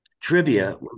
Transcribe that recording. Trivia